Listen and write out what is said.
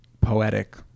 poetic